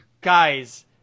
Guys